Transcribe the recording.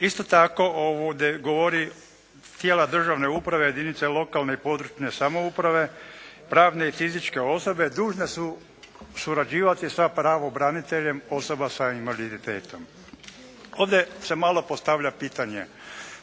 Isto tako govori, tijela državne uprave, jedinice lokalne i područne samouprave, pravne i fizičke osobe dužne su surađivati sa pravobraniteljem osoba sa invaliditetom. Ovdje se malo postavlja pitanje,